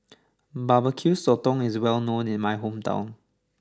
Bbq Sotong is well known in my hometown